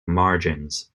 margins